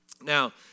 Now